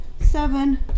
seven